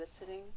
listening